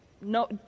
No